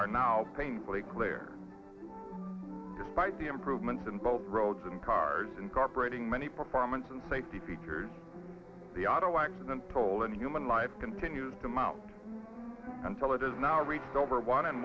are now painfully clear despite the improvements in both roads and cars incorporating many performance and safety features the auto accident poll in human life continues to mount until it has now reached over one